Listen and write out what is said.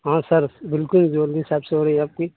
ہاں سر بالکل jewellery shop سے ہو رہی ہے آپ کی